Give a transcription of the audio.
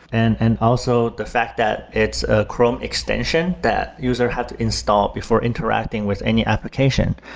and and also the fact that it's a chrome extension, that user have to install before interacting with any application.